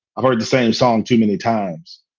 i've heard the same song too many times.